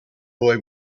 roy